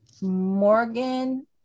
Morgan